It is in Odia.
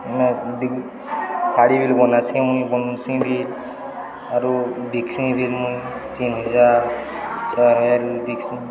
ମ ଦି ଶାଢ଼ୀ ବ ବନାସି ମୁଇଁ ବନଉସି ବି ଆରୁ ବିକ୍ସି ବି ମୁଇଁ ତିନିହଜାର ଚାର ହଜାର ବିକ୍ସି